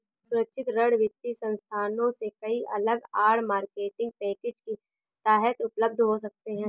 असुरक्षित ऋण वित्तीय संस्थानों से कई अलग आड़, मार्केटिंग पैकेज के तहत उपलब्ध हो सकते हैं